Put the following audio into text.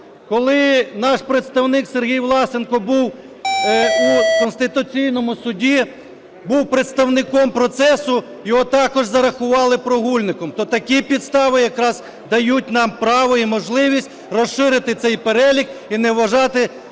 коли наш представник Сергій Власенко був у Конституційному Суді, був представником процесу, його також зарахували прогульником. То такі підстави якраз дають нам право і можливість розширити цей перелік і не вважати